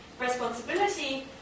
responsibility